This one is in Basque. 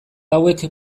hauek